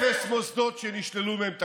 אפס מוסדות נשללו מהם תקציבים,